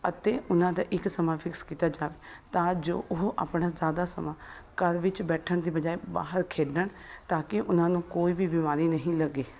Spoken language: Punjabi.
ਅਤੇ ਉਹਨਾਂ ਦਾ ਇੱਕ ਸਮਾਂ ਫਿਕਸ ਕੀਤਾ ਜਾਵੇ ਤਾਂ ਜੋ ਉਹ ਆਪਣਾ ਜ਼ਿਆਦਾ ਸਮਾਂ ਘਰ ਵਿੱਚ ਬੈਠਣ ਦੀ ਬਜਾਏ ਬਾਹਰ ਖੇਡਣ ਤਾਂ ਕਿ ਉਹਨਾਂ ਨੂੰ ਕੋਈ ਵੀ ਬਿਮਾਰੀ ਨਹੀਂ ਲੱਗੇ